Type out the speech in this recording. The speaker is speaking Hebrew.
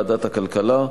וועדת הכלכלה.